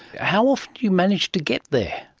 how often do you manage to get there?